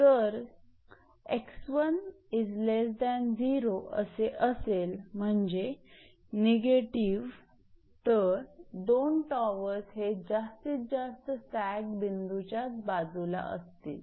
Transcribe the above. जर 𝑥1 0 असे असेल म्हणजे निगेटिव्ह तर दोन्ही टॉवर्स हे जास्तीत जास्त सॅग बिंदूच्याच बाजूला असतील